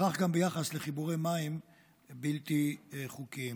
כך גם ביחס לחיבורי מים בלתי חוקיים.